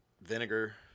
vinegar